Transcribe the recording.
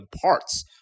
parts